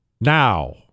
Now